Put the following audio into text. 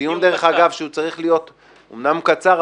זה דיון שהוא אמנם קצר,